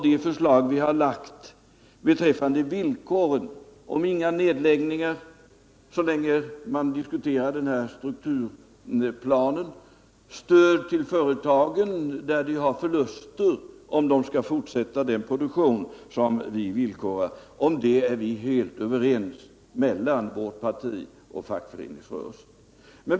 De förslag vi framlagt — inga nedläggningar så länge man diskuterar strukturplanen, stöd till företagen om de drabbas av förluster Nr 107 på grund av att de skall fortsätta produktionen — är vårt parti och Måndagen den fackföreningsrörelsen helt överens om.